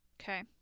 Okay